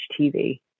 TV